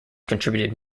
contributed